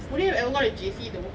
only have L one in J_C though